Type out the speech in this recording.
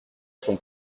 sont